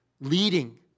leading